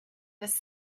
this